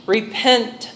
Repent